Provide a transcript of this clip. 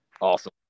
Awesome